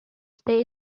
stay